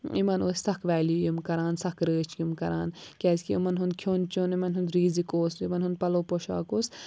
یِمَن ٲسۍ سَکھ ویلیوٗ یِم کَران سَکھ رٲچھ یِم کَران کیٛازِکہِ یِمَن ہُنٛد کھیوٚن چیوٚن یِمَن ہُنٛد ریٖزِک اوس یِمَن ہُنٛد پَلو پوشاک اوس